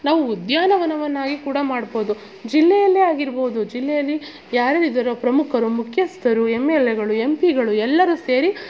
ನಾವು ಉದ್ಯಾನವನವನ್ನಾಗಿ ಕೂಡ ಮಾಡ್ಬೋದು ಜಿಲ್ಲೆಯಲ್ಲೇ ಆಗಿರ್ಬೋದು ಜಿಲ್ಲೆಯಲ್ಲಿ ಯಾರು ಇದರ ಪ್ರಮುಖರು ಮುಖಸ್ಥರು ಎಂ ಎಲ್ ಎಗಳು ಎಂ ಪಿಗಳು ಎಲ್ಲರು ಸೇರಿ